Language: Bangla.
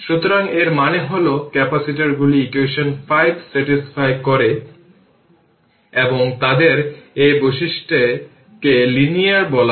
সুতরাং এর মানে হল যে ক্যাপাসিটরগুলি ইকুয়েশন 5 স্যাটিসফাই করে এবং তাদের এই বৈশিষ্ট্যকে লিনিয়ার বলা হয়